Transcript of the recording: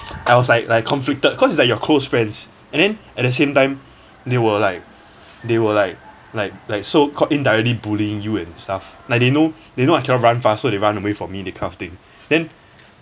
I was like like conflicted cause it's like your close friends and then at the same time they were like they were like like like so called indirectly bullying you and stuff like they know they know I cannot run fast so they run away from me that kind of thing then